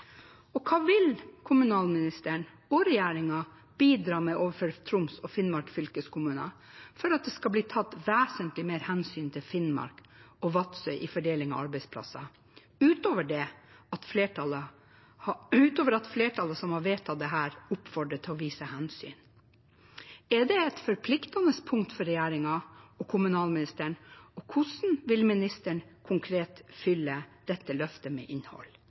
Hva vil kommunalministeren og regjeringen bidra med overfor Troms og Finnmark fylkeskommuner for at det skal bli tatt vesentlig mer hensyn til Finnmark og Vadsø i fordeling av arbeidsplasser, utover at flertallet som har vedtatt dette, oppfordrer til å vise hensyn? Er dette et forpliktende punkt for regjeringen og kommunalministeren, og hvordan vil ministeren konkret fylle dette løftet med innhold?